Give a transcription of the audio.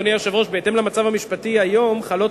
אדוני היושב-ראש: בהתאם למצב המשפטי היום חלות